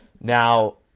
now